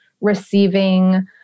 receiving